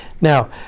Now